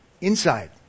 Inside